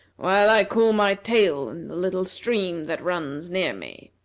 while i cool my tail in the little stream that runs near me.